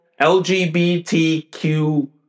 LGBTQ